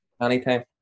Anytime